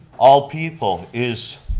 all people is